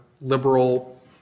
liberal